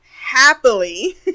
happily